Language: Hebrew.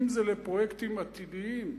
אם זה לפרויקטים עתידיים,